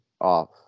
off